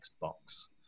box